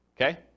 Okay